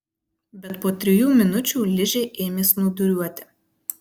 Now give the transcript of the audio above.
bet po trijų minučių ližė ėmė snūduriuoti